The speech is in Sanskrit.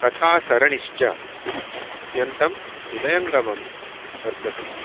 कथासरणिश्च अत्यन्तं हृदयङ्गमं वर्तते